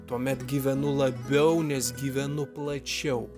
tuomet gyvenu labiau nes gyvenu plačiau